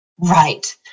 Right